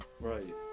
right